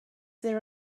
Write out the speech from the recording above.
there